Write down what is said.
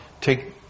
take